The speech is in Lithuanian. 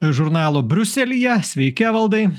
žurnalo briuselyje sveiki valdai